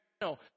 No